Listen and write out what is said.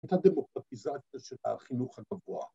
‫את הדמוקרטיזציה של החינוך הגבוהה.